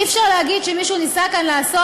אי-אפשר להגיד שמישהו ניסה כאן לעשות